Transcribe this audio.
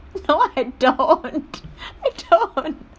no I don't I don't